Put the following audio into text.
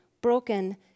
broken